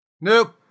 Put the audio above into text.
Nope